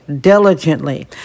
diligently